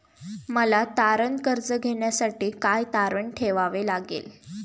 मला तारण कर्ज घेण्यासाठी काय तारण ठेवावे लागेल?